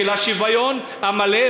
של השוויון המלא,